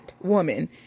woman